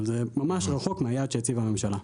אבל זה ממש רחוק מהיעד שהציבה הממשלה.